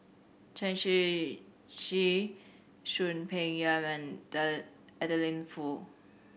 Chen Shiji Soon Peng Yam and Adeline Foo